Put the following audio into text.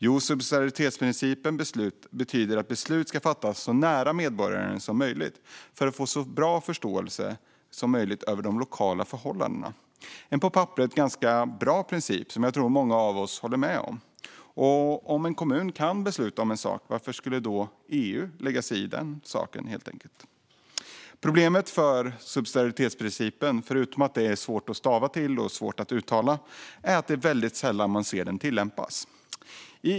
Jo, subsidiaritetsprincipen betyder att beslut ska fattas så nära medborgaren som möjligt för att få så bra förståelse som möjligt av de lokala förhållandena. Det är en på papperet ganska bra princip som jag tror att många av oss håller med om. Om en kommun kan besluta om en sak, varför ska då EU lägga sig i den saken - helt enkelt? Problemet för subsidiaritetsprincipen, förutom att den är svår att stava till och ett svårt ord att uttala, är att det är sällan man ser den tillämpas.